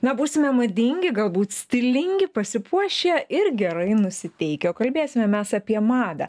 na būsime madingi galbūt stilingi pasipuošę ir gerai nusiteikę kalbėsime mes apie madą